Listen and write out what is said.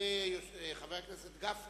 חבר הכנסת נסים